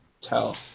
tell